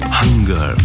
hunger